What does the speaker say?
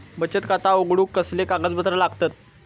बचत खाता उघडूक कसले कागदपत्र लागतत?